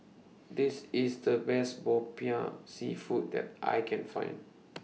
This IS The Best Popiah Seafood that I Can Find